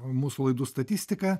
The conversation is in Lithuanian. mūsų laidų statistiką